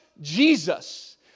Jesus